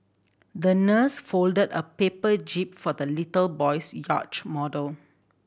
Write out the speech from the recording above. the nurse folded a paper jib for the little boy's yacht model